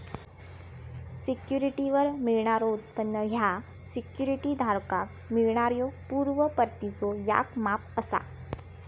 सिक्युरिटीवर मिळणारो उत्पन्न ह्या सिक्युरिटी धारकाक मिळणाऱ्यो पूर्व परतीचो याक माप असा